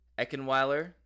eckenweiler